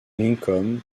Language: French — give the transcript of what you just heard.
lincoln